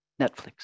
Netflix